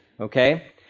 okay